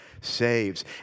saves